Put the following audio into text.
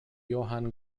johan